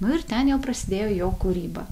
nu ir ten jau prasidėjo jo kūryba